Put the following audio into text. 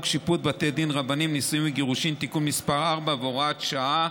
שיפוט בתי דין רבניים (נישואין וגירושין) (תיקון מס' 4 והוראת שעה),